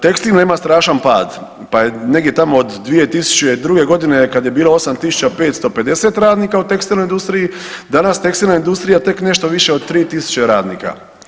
Tekstilna ima strašan pad pa je negdje tamo od 2002. godine kad je bilo 8.550 radnika u tekstilnoj industriji danas tekstilna industrija tek nešto više 3.000 radnika.